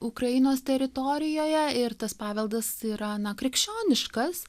ukrainos teritorijoje ir tas paveldas yra na krikščioniškas